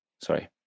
Sorry